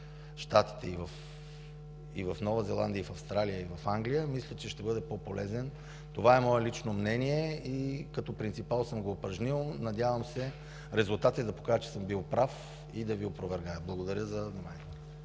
в Нова Зеландия, в Австралия и в Англия, мисля, че ще бъде по-полезен. Това е мое лично мнение и като принципал съм го упражнил. Надявам се резултатите да покажат, че съм бил прав и да Ви опровергая. Благодаря за вниманието.